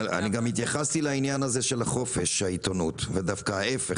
גם לעניין הזה של חופש העיתונות ודווקא ההפך,